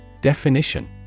Definition